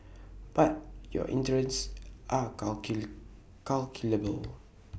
but your interests are calculable